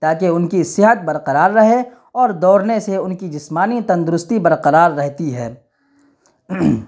تاکہ ان کی صحت برقرار رہے اور دوڑنے سے ان کی جسمانی تندرستی برقرار رہتی ہے